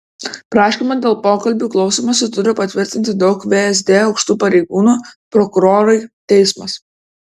prašymą dėl pokalbių klausymosi turi patvirtinti daug vsd aukštų pareigūnų prokurorai teismas